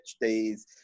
days